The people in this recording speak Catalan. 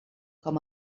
com